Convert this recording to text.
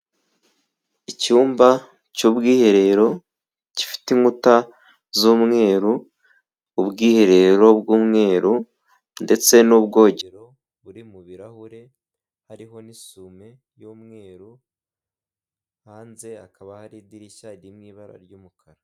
Icyumba cy'ubwiherero gifite inkuta z'umweru, ubwiherero bw'umweru, ndetse n'ubwogero buri mu birarahure hariho n'isume y'umweru, hanze hakaba hari idirishya ririmo ibara ry'umukara.